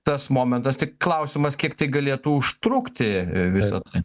tas momentas tik klausimas kiek tai galėtų užtrukti visa tai